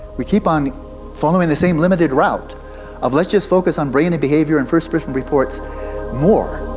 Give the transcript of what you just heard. we keep on following the same limited route of let's just focus on brain and behaviour and first-person reports more.